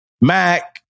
Mac